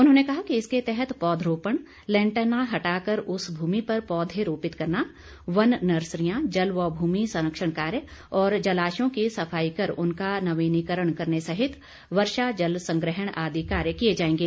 उन्होंने कहा कि इसके तहत पौधरोपण लैंटाना हटाकर उस भूमि पर पौधे रोपित करना वन नर्सरियां जल व भूमि संरक्षण कार्य और जलाशयों की सफाई कर उनका नवीनीकरण करने सहित वर्षा जल संग्रहण आदि कार्य किए जाएंगे